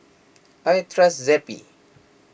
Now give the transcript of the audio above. I trust Zappy